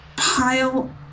pile